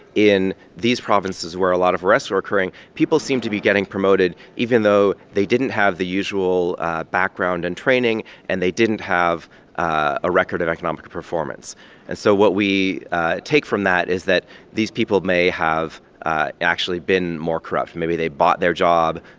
in these provinces where a lot of arrests were occurring, people seemed to be getting promoted even though they didn't have the usual background and training and they didn't have a record of economic performance and so what we take from that is that these people may have actually been more corrupt. maybe they bought their job,